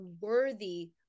worthy